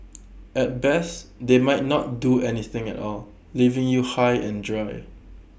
at best they might not do anything at all leaving you high and dry